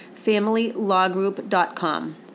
familylawgroup.com